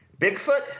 Bigfoot